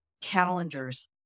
calendars